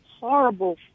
horrible